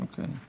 Okay